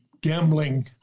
gambling